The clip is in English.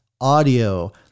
audio